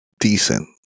decent